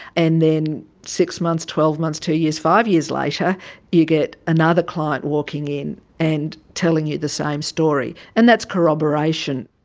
and then six months, twelve months, two years, five years later you get another client walking in and telling you the same story. and that's corroboration.